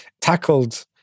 tackled